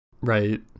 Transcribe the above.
right